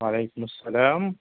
وعلیکم السلام